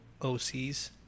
OCs